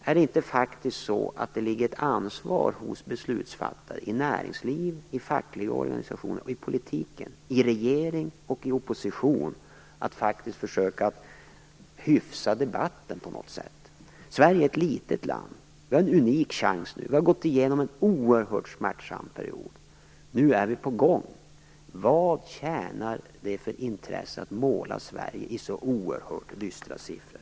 Ligger det inte ett ansvar hos beslutsfattare i näringsliv, i fackliga organisationer och i politiken; i regering och i opposition att faktiskt försöka hyfsa debatten på något sätt. Sverige är ett litet land. Vi har en unik chans nu. Vi har gått igenom en oerhört smärtsam period. Nu är vi på gång. Vad tjänar det för intresse att måla Sverige i så oerhört dystra färger och siffror?